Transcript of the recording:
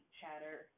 chatter